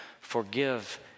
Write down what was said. Forgive